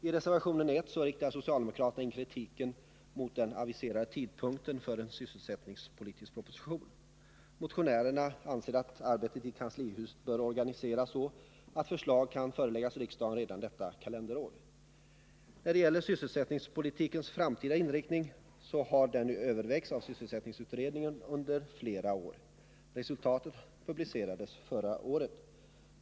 I reservation 1 riktar socialdemokraterna in kritiken mot den aviserade tidpunkten för en sysselsättningspolitisk proposition. Motionärerna anser att arbetet i kanslihuset bör organiseras så att förslag kan föreläggas riksdagen redan detta kalenderår. När det gäller sysselsättningspolitikens framtida inriktning vill jag framhålla att den har övervägts av sysselsättningsutredningen under flera år. Resultatet publicerades förra året.